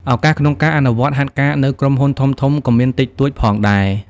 ឱកាសក្នុងការអនុវត្តហាត់ការនៅក្រុមហ៊ុនធំៗក៏មានតិចតួចផងដែរ។